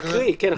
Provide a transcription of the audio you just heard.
להקריא, כן.